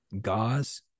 gauze